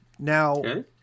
Now